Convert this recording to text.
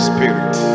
Spirit